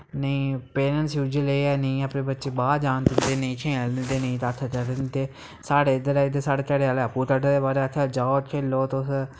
नेईं parents usually हैनी अपने बच्चें गी बाह्र जान दिंदे नेईं खेलन दिंदे नेईं कक्ख करन दिंदे साढ़े इद्धर इद्धर साढ़े घरे आह्ले आपूं कड्डदे बाह्र जाओ खेलो तुस